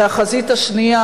ובחזית השנייה,